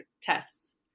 tests